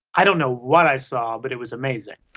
i don't know what i saw but it was amazing.